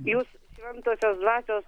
jūs šventosios dvasios